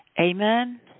Amen